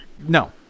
No